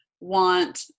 want